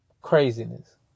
craziness